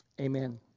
Amen